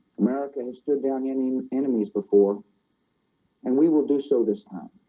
america has stood down any enemies before and we will do so this time